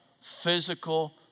physical